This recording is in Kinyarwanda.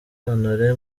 honore